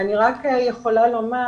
אני יכולה לומר